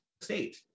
state